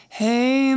hey